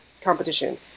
competition